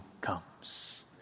comes